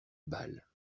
balles